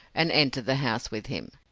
and entered the house with him.